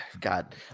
god